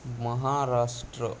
Maharashtra